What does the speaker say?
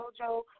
JoJo